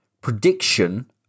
prediction